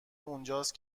اونجاست